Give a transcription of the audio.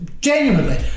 Genuinely